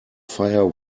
fire